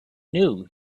knew